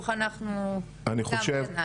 משרד החינוך, אנחנו גם חושבים.